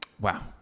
Wow